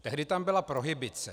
Tehdy tam byla prohibice.